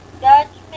judgment